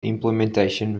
implementation